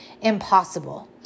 impossible